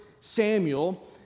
Samuel